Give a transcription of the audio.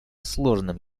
сложным